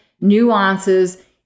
nuances